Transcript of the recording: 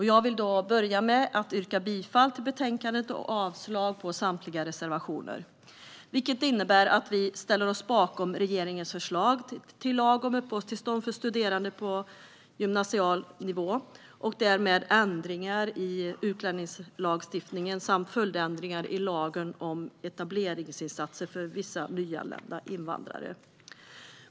Jag vill börja med att yrka bifall till förslaget och avslag på samtliga reservationer, vilket innebär att vi ställer oss bakom regeringens förslag till lag om uppehållstillstånd för studerande på gymnasial nivå och därmed ändringar i utlänningslagstiftningen samt följdändringar i lagen om etableringsinsatser för vissa nyanlända invandrare.